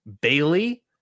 Bailey